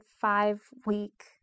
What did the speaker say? five-week